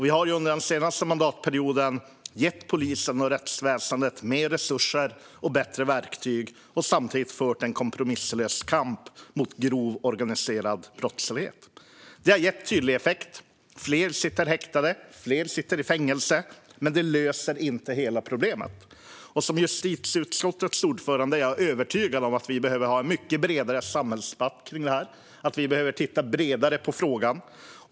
Vi har under den senaste mandatperioden gett polisen och rättsväsendet mer resurser och bättre verktyg och samtidigt fört en kompromisslös kamp mot grov organiserad brottslighet. Det har gett tydlig effekt. Fler sitter häktade. Fler sitter i fängelse. Men det löser inte hela problemet. Som justitieutskottets ordförande är jag övertygad om att vi behöver ha en mycket bredare samhällsdebatt om detta och att vi behöver titta bredare på frågan.